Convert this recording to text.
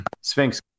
Sphinx